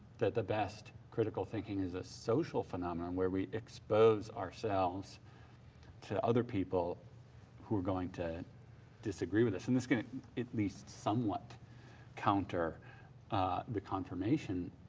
that the best critical thinking is a social phenomenon where we expose ourselves to other people who are going to disagree with us. and this can at least somewhat counter the confirmation